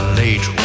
late